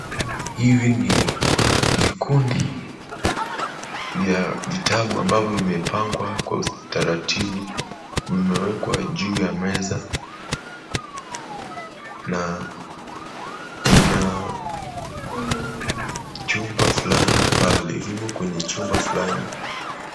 Hivi ni vikundi vya vitabu ambavyo vimepangwa kwa utaratibu. Vimewekwa juu ya meza na mna jumba fulani pale vimo kwenye chumba fulani.